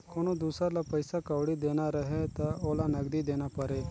कोनो दुसर ल पइसा कउड़ी देना रहें त ओला नगदी देना परे